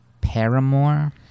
Paramore